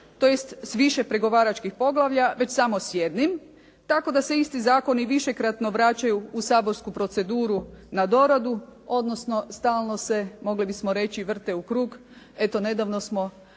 tj. s više pregovaračkih poglavlja, već samo s jednim, tako da se isti zakoni višekratno kraćaju u saborsku proceduru na doradu, odnosno stalno se mogli bismo reći vrte u krug.